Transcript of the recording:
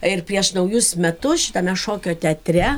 ir prieš naujus metus šitame šokio teatre